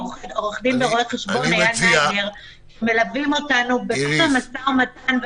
עורך דין ורואה חשבון אייל נגר מלווה אותנו בכל המשא ומתן,